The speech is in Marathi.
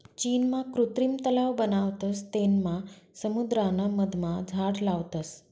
चीनमा कृत्रिम तलाव बनावतस तेनमा समुद्राना मधमा झाड लावतस